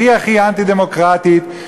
הכי-הכי אנטי-דמוקרטית,